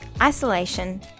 isolation